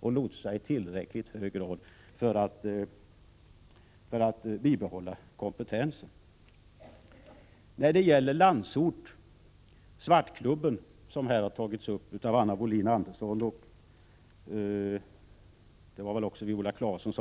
och lotsa i tillräckligt stor omfattning för att kunna bibehålla sin kompetens. Anna Wohlin-Andersson och Viola Claesson tog upp Landsort och Svartklubben.